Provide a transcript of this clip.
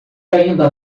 ainda